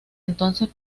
entonces